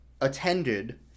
attended